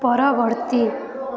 ପରବର୍ତ୍ତୀ